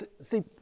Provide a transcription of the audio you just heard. See